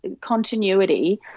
continuity